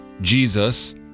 Jesus